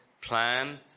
plan